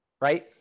right